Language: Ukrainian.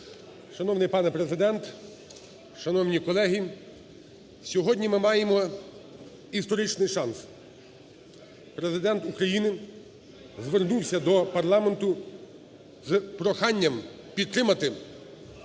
Шановний пане Президент! Шановні колеги! Сьогодні ми маємо історичний шанс – Президент України звернувся до парламенту з проханням підтримати